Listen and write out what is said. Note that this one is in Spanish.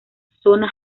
zona